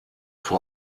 vor